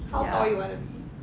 how tall you want to be